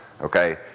okay